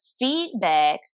feedback